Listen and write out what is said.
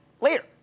later